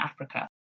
Africa